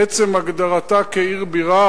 מעצם הגדרתה כעיר בירה,